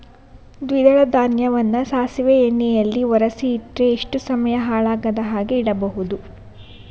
ದ್ವಿದಳ ಧಾನ್ಯವನ್ನ ಸಾಸಿವೆ ಎಣ್ಣೆಯಲ್ಲಿ ಒರಸಿ ಇಟ್ರೆ ಎಷ್ಟು ಸಮಯ ಹಾಳಾಗದ ಹಾಗೆ ಇಡಬಹುದು?